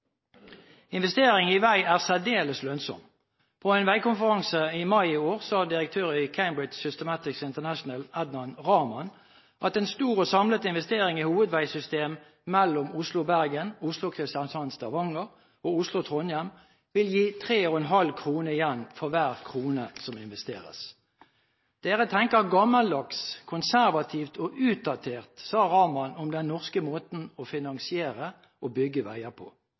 Investering i vei er særdeles lønnsom. På en veikonferanse i mai i år sa direktør i Cambrigde Systematics International, Adnan Rahman, at en stor og samlet investering i hovedveisystem mellom Oslo og Bergen, Oslo–Kristiansand–Stavanger og Oslo–Trondheim vil gi 3,5 kr igjen for hver krone som investeres. Dere tenker gammeldags, konservativt og utdatert, sa Rahman om den norske måten å finansiere og bygge veier på.